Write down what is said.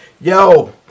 Yo